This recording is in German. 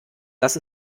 das